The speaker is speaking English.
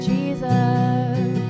Jesus